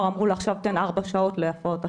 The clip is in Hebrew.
ואמרו לו לתת ארבע שעות להפרעות אכילה.